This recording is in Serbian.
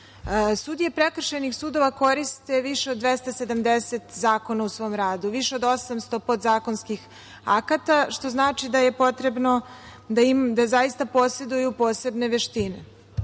Sudije prekršajnih sudova koriste više od 270 zakona u svom radu, više od 800 podzakonskih akata, što znači da je potrebno da zaista poseduju posebne veštine. Kada